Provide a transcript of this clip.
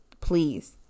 please